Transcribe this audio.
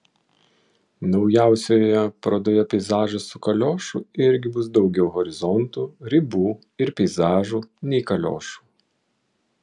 naujausioje parodoje peizažas su kaliošu irgi bus daugiau horizontų ribų ir peizažų nei kaliošų